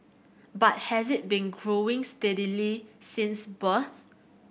but has it been growing steadily since birth